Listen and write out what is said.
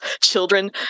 children